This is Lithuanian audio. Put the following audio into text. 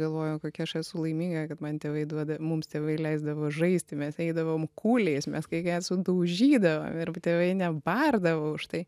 galvoju kokia aš esu laiminga kad man tėvai duoda mums tėvai leisdavo žaisti mes eidavom kūliais mes kai kai ką sudaužydavom ir tėvai nebardavo už tai